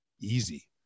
easy